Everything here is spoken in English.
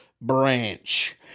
branch